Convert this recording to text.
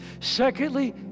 Secondly